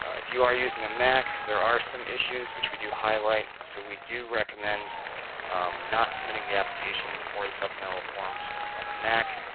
if you are using a mac there are some issues which we do highlight, so we do recommend not submitting the application or the and supplemental forms from a mac